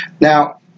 Now